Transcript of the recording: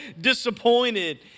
disappointed